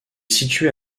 située